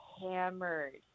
hammered